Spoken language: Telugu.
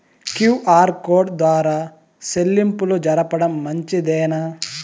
క్యు.ఆర్ కోడ్ ద్వారా చెల్లింపులు జరపడం మంచిదేనా?